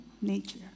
nature